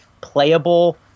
playable